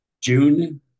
June